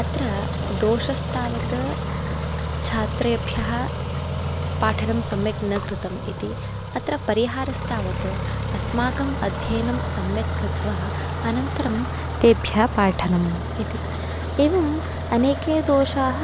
अत्र दोषस्तावत् छात्रेभ्यः पाठनं सम्यक् न कृतम् इति अत्र परिहारस्तावत् अस्माकम् अध्ययनं सम्यक् कृत्वा अनन्तरं तेभ्यः पाठनम् इति एवम् अनेके दोषाः